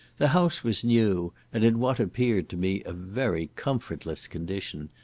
the house was new, and in what appeared to me a very comfortless condition,